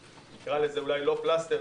שנקרא לזה אולי לא פלסטר,